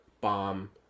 bomb